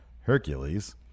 Hercules